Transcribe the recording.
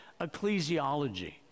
ecclesiology